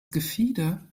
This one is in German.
gefieder